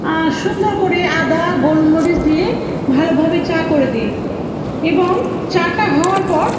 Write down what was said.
সুন্দর করে আদা গোলমরিচ দিয়ে ভালোভাবে চা করে দিই এবং চা টা হওয়ার পর